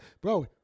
bro